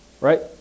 Right